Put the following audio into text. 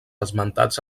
esmentats